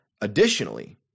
Additionally